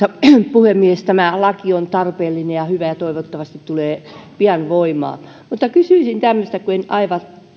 puhemies tämä laki on tarpeellinen ja hyvä ja toivottavasti tulee pian voimaan mutta kysyisin tämmöistä kun en aivan